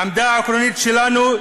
העמדה העקרונית שלנו,